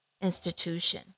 institution